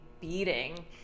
beating